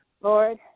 Lord